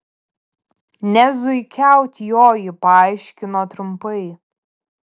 ne zuikiaut joji paaiškino trumpai